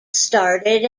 started